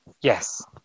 yes